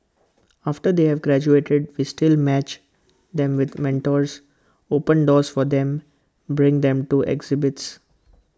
after they have graduated we still match them with mentors open doors for them bring them to exhibits